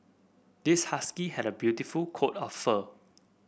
this husky has a beautiful coat of fur